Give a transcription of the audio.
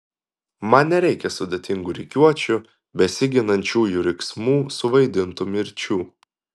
man nereikia sudėtingų rikiuočių besiginančiųjų riksmų suvaidintų mirčių